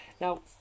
Now